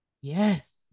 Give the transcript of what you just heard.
yes